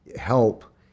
help